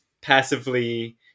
passively